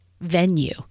venue